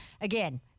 again